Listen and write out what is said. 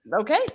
Okay